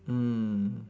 mm